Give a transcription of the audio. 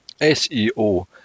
SEO